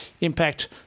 impact